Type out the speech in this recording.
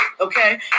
okay